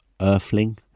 Earthling